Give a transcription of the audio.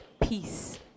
peace